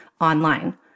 online